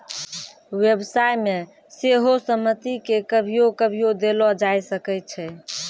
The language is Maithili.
व्यवसाय मे सेहो सहमति के कभियो कभियो देलो जाय सकै छै